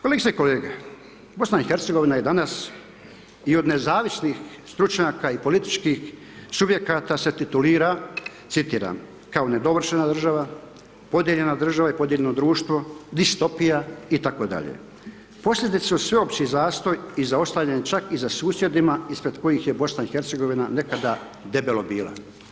Kolegice i kolege, BiH se danas i od nezavisnih stručnjaka i političkih subjekata se titulira citiram kao „nedovršena država, podijeljena država i podijeljeno društvo, distopija itd.“ Posljedice su sveopći zastoj i zaostajanje čak i za susjedima ispred kojih je BiH nekada debelo bila.